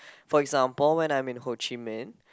for example when I'm in Ho Chi Minh